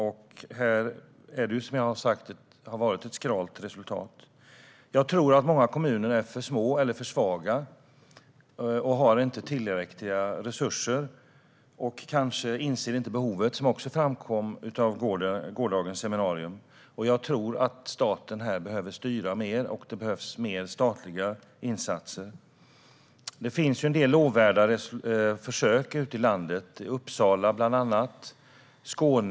Där har det som sagt varit ett skralt resultat. Jag tror att många kommuner är för små eller för svaga. De har inte tillräckliga resurser. Kanske inser de inte behovet, vilket också framkom vid gårdagens seminarium. Jag tror att staten behöver styra mer och att det behövs mer statliga insatser. Det finns en del lovvärda försök ute i landet, bland annat i Uppsala.